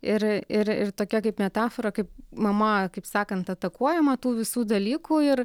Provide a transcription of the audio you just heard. ir ir tokia kaip metafora kaip mama kaip sakant atakuojama tų visų dalykų ir